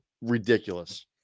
ridiculous